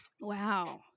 Wow